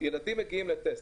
ילדים מגיעים לטסט,